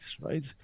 right